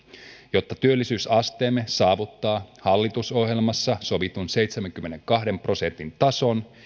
jotta työllisyysasteemme saavuttaa hallitusohjelmassa sovitun seitsemänkymmenenkahden prosentin tason